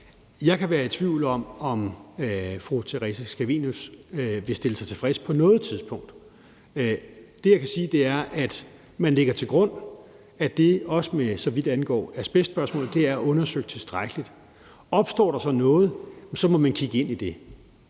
Jeg kan være i tvivl om, om fru Theresa Scavenius vil stille sig tilfreds på noget tidspunkt. Det, jeg kan sige, er, at man lægger til grund, at det med hensyn til asbest er undersøgt tilstrækkeligt. Opstår der så noget, må man kigge ind i det.